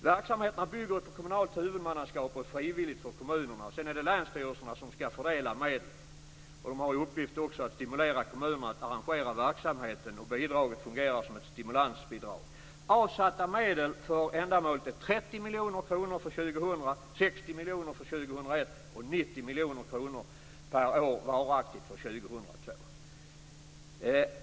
Verksamheten bygger på kommunalt huvudmannaskap och är frivilligt för kommunerna. Sedan är det länsstyrelserna som ska fördela medlen. De har i uppgift att stimulera kommunerna att arrangera verksamheten, och bidraget fungerar som ett stimulansbidrag. Avsatta medel för ändamålet är 30 miljoner kronor för 2000, 60 miljoner kronor för 2001 och 90 miljoner kronor per år för 2002.